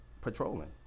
patrolling